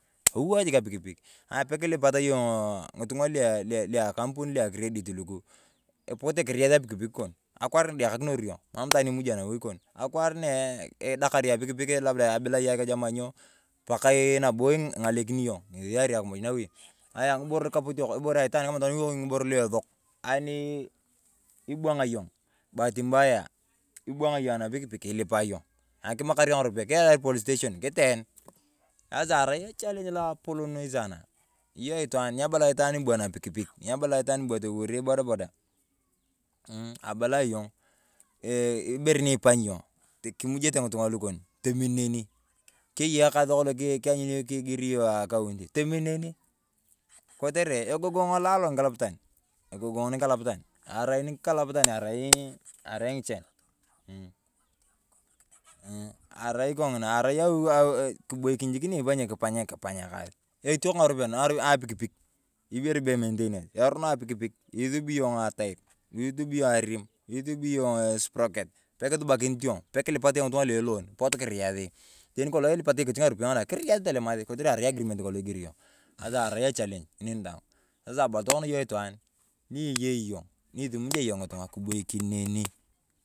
Towoo jik apikpik pee kilipat yung’o ng'itung'a lu akampun lu lua akredit luku. Epute kirikasi apikpik ko. Akwaar na edekakinor yong, emam itwaan imuji nawi kon. Akwaar nee eeh edakaror yong apikpik kon tibilai akeju kori nyo pakaa nabo ing’alekini yong, ng'esi iyarea akimuj nawi. Ayaa ng'iboro lukapotik, ibere aitwaan, kamaa tokona lua esok, inwang yong baati mbayaa, ibwang yong anapikpik ilipae yong ani kiyakar yong ng'aropiyae kiyar polis steshen kitoen. Sasaa arai echaleng’it lo apolon saanaa. Iyong itwaan nyabala ayong itwaan bwaa napikpik, nyabala ayong itwaan bwaa toliwor bodaabodaa. Mmmh abala ayong yong ibere ni ipanyi yong kimujete ng'itung'a lukon, tomin neni. Kotere egogong lo anikalapatan egogong nyikalapatan arai nyikalapatan arai ng’ichan. Mmh mmh arai kongina arai jik ibokin ni ipanye kipany ekas iteno ng'aropeyae apikpik ibere bee meiteinas, erono apikpik isubi yong atair, isubi yong arim, isubi yong isipuroket, pee kisubakit yong, be kilipat yong ng'itung'a lu elon, poot kirikasi, teni kolong ilipat yong, kiriasi tolemasi. Sasaa arai echaleng'it neni daang. Saasaa anibo tokona yong itwaan ni eyei yong isimujaa yong ng'itung'a kibokin neni.